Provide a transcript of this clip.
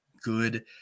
good